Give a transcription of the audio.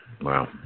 Wow